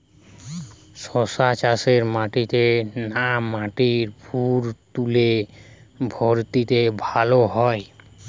শশা চাষ মাটিতে না মাটির ভুরাতুলে ভেরাতে ভালো হয়?